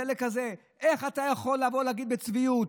על החלק הזה, איך אתה יכול לבוא ולהגיד בצביעות?